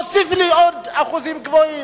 תוסיף לו עוד אחוזים גבוהים,